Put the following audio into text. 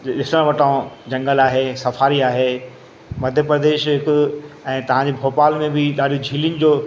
जंगल आहे सफारी आहे मध्य प्रदेश हिक ऐं तव्हां जे भोपाल में बि ॾाढो झीलुनि जो